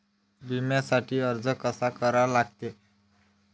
बिम्यासाठी अर्ज कसा करा लागते?